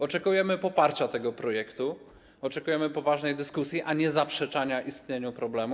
Oczekujemy poparcia tego projektu, oczekujemy poważnej dyskusji, a nie zaprzeczania istnieniu problemu.